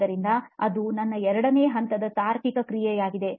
ಆದ್ದರಿಂದ ಅದು ನನ್ನ ಎರಡನೇ ಹಂತದ ತಾರ್ಕಿಕ ಕ್ರಿಯೆಯಾಗಿದೆ